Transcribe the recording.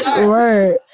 Right